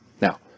Now